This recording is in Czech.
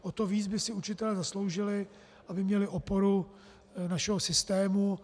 O to víc by si učitelé zasloužili, aby měli oporu našeho systému.